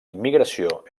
immigració